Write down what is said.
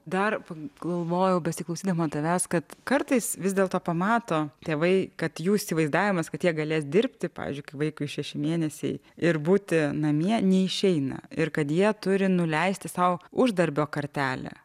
dar pagalvojau besiklausydama tavęs kad kartais vis dėlto pamato tėvai kad jų įsivaizdavimas kad jie galės dirbti pavyzdžiui kai vaikui šeši mėnesiai ir būti namie neišeina ir kad jie turi nuleisti sau uždarbio kartelę